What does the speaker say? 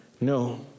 No